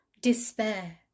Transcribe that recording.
despair